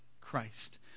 Christ